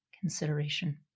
consideration